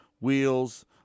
wheels